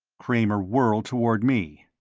kramer whirled toward me.